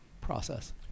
process